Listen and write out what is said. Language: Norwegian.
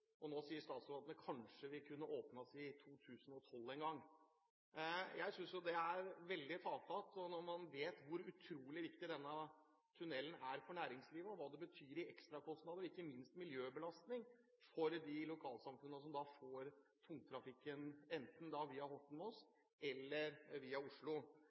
kanskje vil kunne åpnes i 2012 en gang. Jeg synes det er veldig tafatt, når man vet hvor utrolig viktig denne tunnelen er for næringslivet, og hva det betyr i ekstrakostnader og ikke minst miljøbelastning for de lokalsamfunnene som får tungtrafikken enten via Horten–Moss eller via Oslo.